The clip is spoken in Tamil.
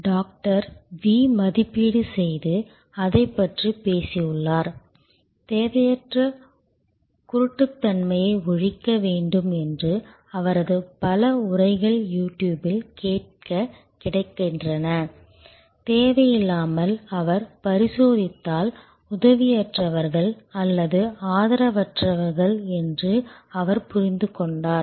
டாக்டர் V மதிப்பீடு செய்து அதைப் பற்றிப் பேசியுள்ளார் தேவையற்ற குருட்டுத்தன்மையை ஒழிக்க வேண்டும் என்று அவரது பல உரைகள் யூ டியூப்பில் கேட்கக் கிடைக்கின்றன தேவையில்லாமல் அவர் பரிசோதித்ததால் உதவியற்றவர்கள் அல்லது ஆதரவற்றவர்கள் என்று அவர் புரிந்துகொண்டார்